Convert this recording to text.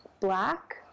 black